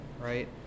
right